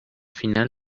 final